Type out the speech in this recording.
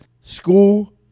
School